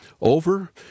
over